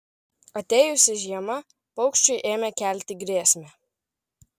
atėjusi žiema paukščiui ėmė kelti grėsmę